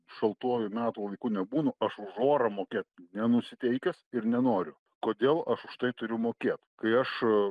šaltuoju metų laiku nebūnu aš už orą mokėt nenusiteikęs ir nenoriu kodėl aš už tai turiu mokėt kai aš